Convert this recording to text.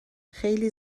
خیلی